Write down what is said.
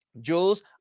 Jules